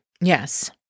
Yes